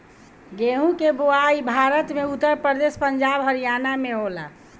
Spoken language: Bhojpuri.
गेंहू के बोआई भारत में उत्तर प्रदेश, पंजाब, हरियाणा में होला